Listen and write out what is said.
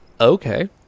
okay